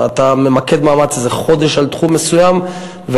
אתה ממקד מאמץ בתחום מסוים במשך חודש,